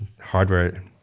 hardware